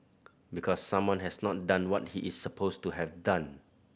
because someone has not done what he is supposed to have done